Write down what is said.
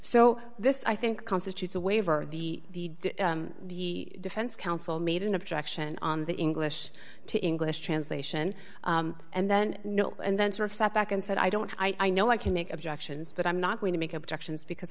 so this i think constitutes a waiver or the the defense counsel made an objection on the english to english translation and then no and then sort of sat back and said i don't i know i can make objections but i'm not going to make objections because